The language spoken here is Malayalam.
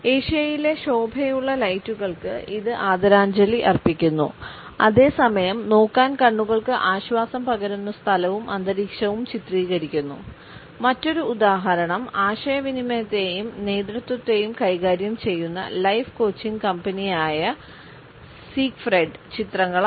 ഏഷ്യയിലെ ശോഭയുള്ള ലൈറ്റുകൾക്ക് ഇത് ആദരാഞ്ജലി അർപ്പിക്കുന്നു അതേസമയം നോക്കാൻ കണ്ണുകള്ക്ക് ആശ്വാസം പകരുന്ന സ്ഥലവും അന്തരീക്ഷവും ചിത്രീകരിക്കുന്നു മറ്റൊരു ഉദാഹരണം ആശയവിനിമയത്തെയും നേതൃത്വത്തെയും കൈകാര്യം ചെയ്യുന്ന ലൈഫ് കോച്ചിംഗ് കമ്പനിയായ ചിത്രങ്ങളാണ്